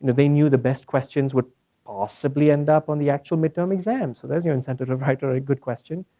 but they knew the best questions would possibly end up on the actual mid term exam. so that's an incentive to write a good question.